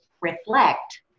reflect